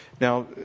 Now